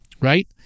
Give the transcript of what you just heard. right